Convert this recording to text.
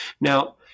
Now